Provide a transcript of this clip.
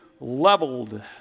leveled